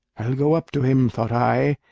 i'll go up to him, thought i,